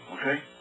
Okay